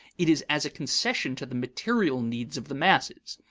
it is as a concession to the material needs of the masses.